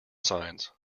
signs